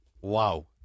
Wow